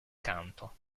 canto